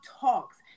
talks